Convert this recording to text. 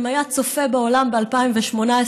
אם היה צופה בעולם ב-2018,